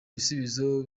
bisubizo